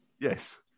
yes